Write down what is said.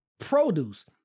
produce